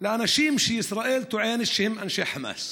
לאנשים שישראל טוענת שהם אנשי חמאס.